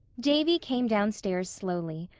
davy came downstairs slowly.